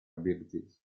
abilities